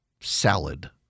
salad